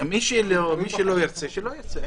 מי שלא ירצה לא ירצה.